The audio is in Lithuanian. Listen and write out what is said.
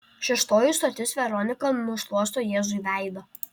šeštoji stotis veronika nušluosto jėzui veidą